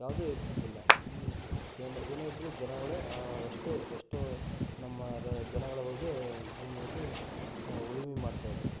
ಯಾವುದೇ ಇರ್ತಿದ್ದಿಲ್ಲ ಈ ಏನೇ ಏನೇ ಇದ್ರೂ ಜನಗಳೇ ಎಷ್ಟು ಎಷ್ಟು ನಮ್ಮ ರೈ ಜನಗಳು ಹೋಗಿ ಭೂಮಿಯಲ್ಲಿ ಉಳುಮೆ ಮಾಡ್ತಾಯಿದ್ದರು